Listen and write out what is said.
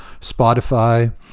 spotify